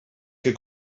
que